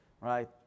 right